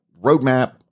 roadmap